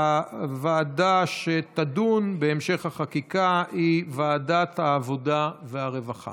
התשפ"ב 2021, לוועדה שתקבע ועדת הכנסת